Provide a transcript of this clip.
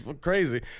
crazy